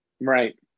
Right